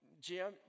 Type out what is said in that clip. Jim